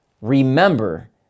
remember